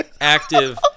Active